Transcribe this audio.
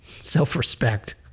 self-respect